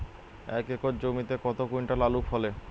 এক একর জমিতে কত কুইন্টাল আলু ফলে?